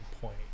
point